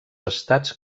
estats